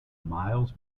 miles